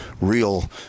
real